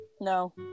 No